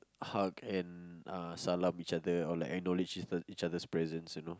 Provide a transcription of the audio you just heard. hug and uh salam each other or like acknowledge each each other's presence you know